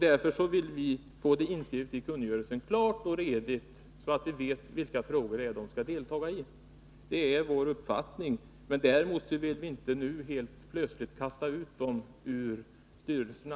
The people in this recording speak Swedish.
Därför vill vi få detta inskrivet i kungörelsen, klart och redigt, så att man vet i vilka beslut personalrepresentanterna skall delta. Det är vår uppfattning. Däremot vill vi inte nu helt plötsligt kasta ut dem ur styrelserna.